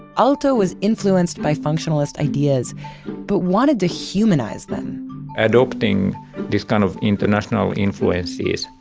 aalto was influenced by functionalist ideas but wanted to humanize them adopting this kind of international influences,